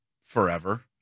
forever